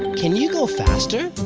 can you go faster?